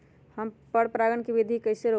पर परागण केबिधी कईसे रोकब?